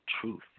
truth